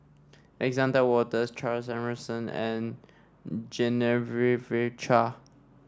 Alexander Wolters Charles Emmerson and Genevieve Chua